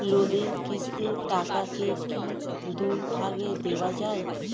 লোনের কিস্তির টাকাকে কি দুই ভাগে দেওয়া যায়?